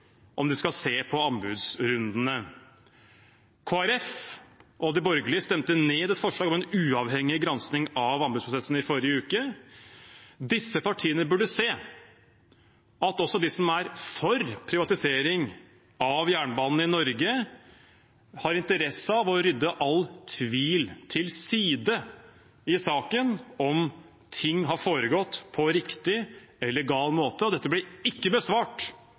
om de skal se på anbudsrundene. Kristelig Folkeparti og de borgerlige stemte i forrige uke ned et forslag om en uavhengig granskning av anbudsrunden. Disse partiene burde se at også de som er for privatisering av jernbanen i Norge, har interesse av å rydde all tvil til side i saken om ting har foregått på riktig eller gal måte. Dette ble ikke besvart